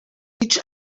each